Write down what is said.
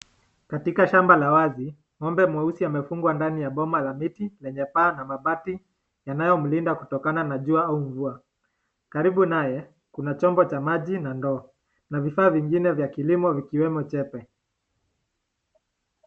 Katika shamba la wazi, ng'ombe mweusi amefungwa ndani ya boma la miti lenye paa na mabati inayomlinda kutokana na jua au mvua, karibu naye, kuna chombo cha maji na ndoo na vifaa vingine vya kilimo vikiwemo chepe.